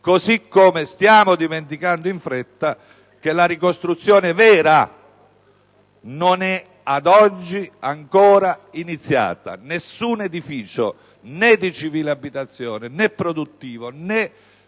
sistemazione. Stiamo dimenticando in fretta che la ricostruzione vera ad oggi non è ancora iniziata: per nessun edificio, né di civile abitazione, né produttivo, né